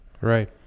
right